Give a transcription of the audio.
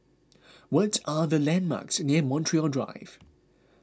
what are the landmarks near Montreal Drive